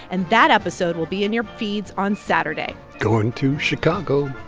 and that episode will be in your feeds on saturday going to chicago.